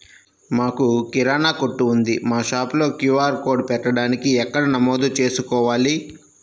మాకు కిరాణా కొట్టు ఉంది మా షాప్లో క్యూ.ఆర్ కోడ్ పెట్టడానికి ఎక్కడ నమోదు చేసుకోవాలీ?